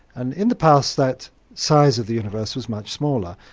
and in the past that size of the universe was much smaller.